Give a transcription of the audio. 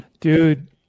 Dude